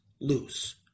loose